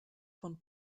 von